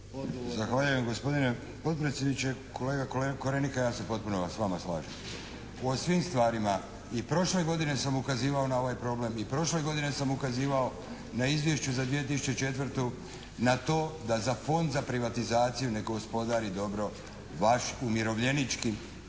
Zahvaljujem gospodine potpredsjedniče. Kolega Korenika ja se potpuno s vama slažem. O svim stvarima i prošle godine sam ukazivao na ovaj problem, i prošle godine sam ukazivao na Izvješće za 2004. na to da za Fond za privatizaciju ne gospodari dobro baš umirovljeničkim